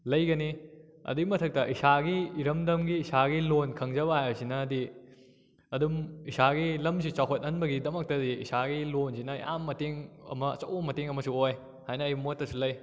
ꯂꯩꯒꯅꯤ ꯑꯗꯨꯒꯤ ꯃꯊꯛꯇ ꯏꯁꯥꯒꯤ ꯏꯔꯝꯗꯝꯒꯤ ꯏꯁꯥꯒꯤ ꯂꯣꯟ ꯈꯪꯖꯕ ꯍꯥꯏꯕꯁꯤꯅꯗꯤ ꯑꯗꯨꯝ ꯏꯁꯥꯒꯤ ꯂꯝꯁꯤ ꯆꯥꯎꯈꯠ ꯍꯟꯕꯒꯤꯗꯃꯛꯇꯗꯤ ꯏꯁꯥꯒꯤ ꯂꯣꯟꯁꯤꯅ ꯌꯥꯝ ꯃꯇꯦꯡ ꯑꯃ ꯑꯆꯧꯕ ꯃꯇꯦꯡ ꯑꯃꯁꯨ ꯑꯣꯏ ꯍꯥꯏꯅ ꯑꯩ ꯃꯣꯠꯇꯁꯨ ꯂꯩ